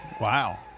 Wow